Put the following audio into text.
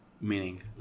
meaning